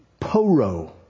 poro